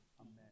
Amen